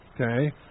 Okay